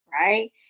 right